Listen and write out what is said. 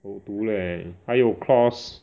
我有读 leh 还有 clause